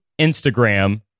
Instagram